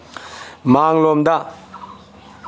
ꯃꯥꯡꯂꯣꯝꯗ